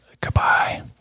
Goodbye